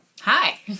Hi